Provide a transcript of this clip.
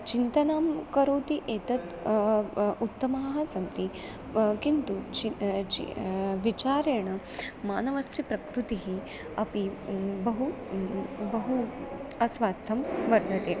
चिन्तनां करोति एतत् उत्तमाः सन्ति किन्तु चि चि विचारेण मानवस्य प्रकृतिः अपि बहु बहु अस्वास्थं वर्धते